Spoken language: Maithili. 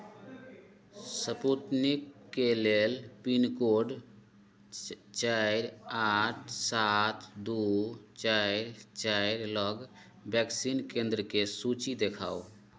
स्पूतनिकके लेल पिनकोड च् चारि आठ सात दू चारि चारि लग वैक्सीन केन्द्रके सूची देखाउ